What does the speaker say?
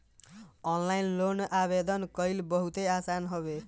online loan आवेदन कईल बहुते आसान हवे